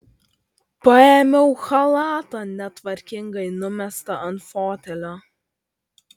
paėmiau chalatą netvarkingai numestą ant fotelio